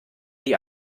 die